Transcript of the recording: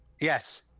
Yes